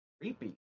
creepy